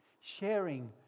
sharing